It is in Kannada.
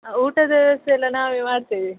ಊಟದ ವ್ಯವಸ್ಥೆಯೆಲ್ಲ ನಾವೇ ಮಾಡ್ತೇವೆ